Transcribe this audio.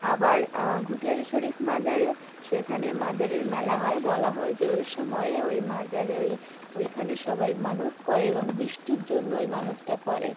আবার ঘুটিয়ারি শরিফ মাজারে সেখানে মাজারের মেলা হয় বলা হয় যে ওই সময় ওই মাজারে ওই ওইখানে সবাই মানত করে এবং বৃষ্টির জন্য ওই মানতটা করে